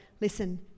listen